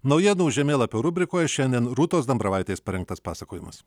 naujienų žemėlapio rubrikoj šiandien rūtos dambravaitės parengtas pasakojimas